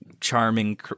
charming